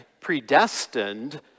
predestined